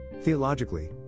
Theologically